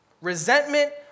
Resentment